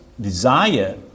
desire